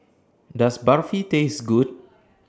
Does Barfi Taste Good